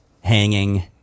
hanging